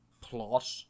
plot